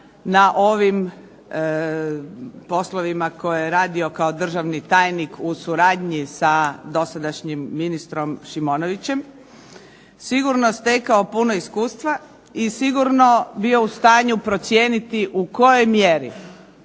na ovim poslovima koje je radio kao državni tajnik u suradnji sa dosadašnjim ministrom Šimonovićem, sigurno stekao puno iskustva i sigurno bio u stanju procijeniti u kojoj mjeri